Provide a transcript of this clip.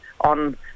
on